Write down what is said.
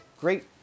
great